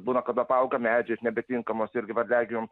būna kad apauga medžiais nebetinkamos irgi varliagyviam